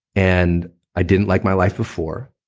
and i didn't like my life before.